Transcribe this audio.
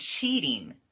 cheating